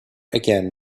again